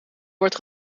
wordt